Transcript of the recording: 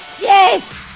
Yes